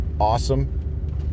awesome